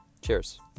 Cheers